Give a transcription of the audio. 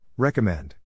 Recommend